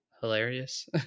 hilarious